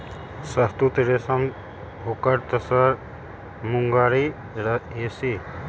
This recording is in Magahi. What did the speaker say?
शहतुत रेशम ओक तसर मूंगा एरी रेशम के परकार हई